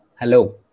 hello